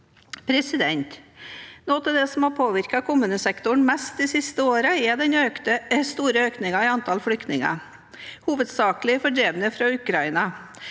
Noe av det som har påvirket kommunesektoren mest de siste årene, er den store økningen i antall flyktninger, hovedsakelig fordrevne fra Ukraina.